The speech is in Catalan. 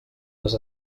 les